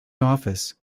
office